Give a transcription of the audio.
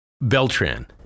Beltran